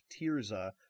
Tirza